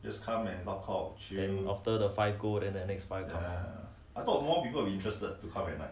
after the five go and then the next five 进来